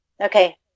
Okay